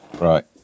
Right